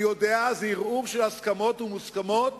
אני יודע, זה ערעור של הסכמות ומוסכמות